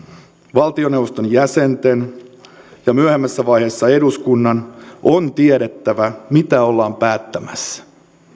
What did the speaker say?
valtioneuvoston jäsenten ja myöhemmässä vaiheessa eduskunnan on tiedettävä mitä ollaan päättämässä